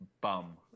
bum